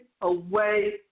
away